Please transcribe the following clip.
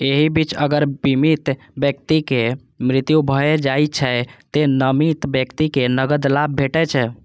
एहि बीच अगर बीमित व्यक्तिक मृत्यु भए जाइ छै, तें नामित व्यक्ति कें नकद लाभ भेटै छै